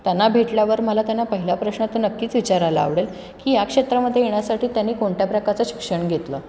त्यांना भेटल्यावर मला त्यांना पहिला प्रश्न तर नक्कीच विचारायला आवडेल की या क्षेत्रामध्ये येण्यासाठी त्यांनी कोणत्या प्रकारचं शिक्षण घेतलं